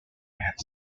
have